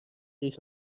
ریش